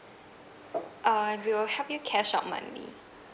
uh we will help you cash out monthly